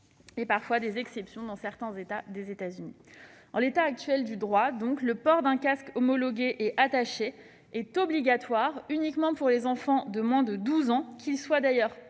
la Nouvelle-Zélande et certains États des États-Unis. En l'état actuel du droit, le port d'un casque homologué et attaché est obligatoire uniquement pour les enfants de moins de 12 ans, qu'ils soient passagers ou